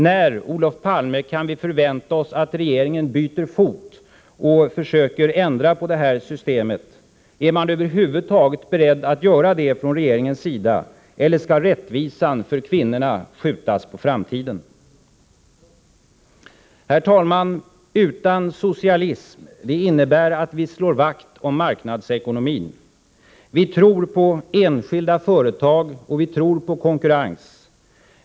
När, Olof Palme, kan vi förvänta oss att regeringen byter fot och försöker ändra på detta system? Är regeringen över huvud taget beredd att göra det, eller skall rättvisan för kvinnorna skjutas på framtiden? Herr talman! Utan socialism, det innebär att vi slår vakt om marknadsekonomin. Vi tror på enskilda företag, och vi tror på konkurrens.